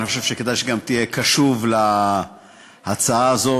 אני חושב שכדאי שתהיה קשוב להצעה הזאת,